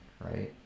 right